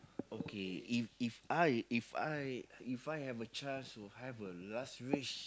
okay if If I If I If I have a chance to have a luxurious